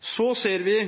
Så ser vi